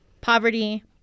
poverty